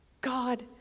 God